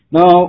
Now